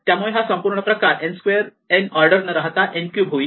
त्यामुळे हा संपूर्ण प्रकार n स्क्वेअर ऑर्डर न राहता n क्यूब होईल